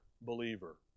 believer